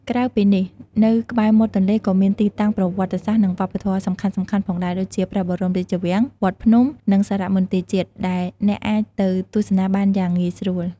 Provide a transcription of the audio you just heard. ក្រៅពីនេះ នៅក្បែរមាត់ទន្លេក៏មានទីតាំងប្រវត្តិសាស្ត្រ និងវប្បធម៌សំខាន់ៗផងដែរ ដូចជាព្រះបរមរាជវាំង វត្តភ្នំ និងសារមន្ទីរជាតិ ដែលអ្នកអាចទៅទស្សនាបានយ៉ាងងាយស្រួល។